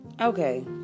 Okay